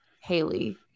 Haley